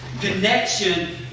Connection